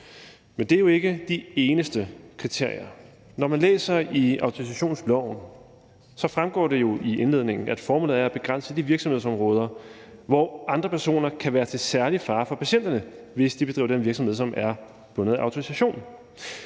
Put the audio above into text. Men det er jo ikke de eneste kriterier. Når man læser i autorisationsloven, fremgår det jo i indledningen, at formålet er at begrænse de virksomhedsområder, hvor andre personer kan være til særlig fare for patienterne, hvis de bedriver den virksomhed, som er bundet af autorisation.